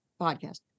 podcast